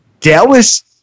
Dallas